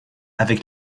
avec